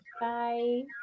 Bye